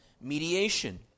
mediation